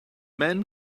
men